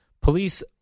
Police